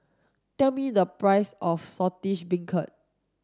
tell me the price of saltish beancurd